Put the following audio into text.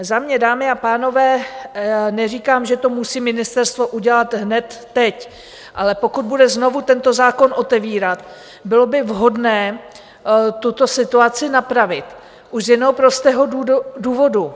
Za mě, dámy a pánové, neříkám, že to musí ministerstvo udělat hned teď, ale pokud bude znovu tento zákon otevírat, bylo by vhodné tuto situaci napravit, už z jednoho prostého důvodu.